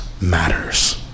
matters